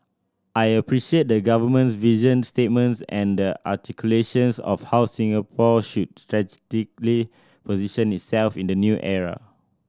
I appreciate the Government's vision statements and the articulations of how Singapore should strategically position itself in the new era